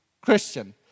Christian